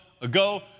ago